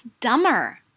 dumber